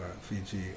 Fiji